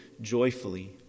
joyfully